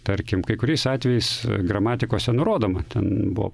tarkim kai kuriais atvejais gramatikose nurodoma ten buvo